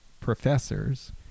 professors